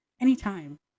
Anytime